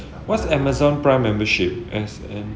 what's amazon prime membership as in